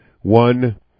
one